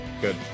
good